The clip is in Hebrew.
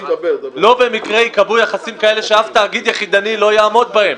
לא במקרה ייקבעו יחסים כאלה שאף תאגיד יחידני לא יעמוד בהם.